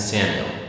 Samuel